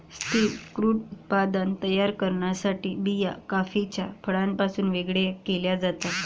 स्थिर क्रूड उत्पादन तयार करण्यासाठी बिया कॉफीच्या फळापासून वेगळे केल्या जातात